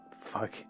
Fuck